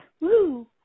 Woo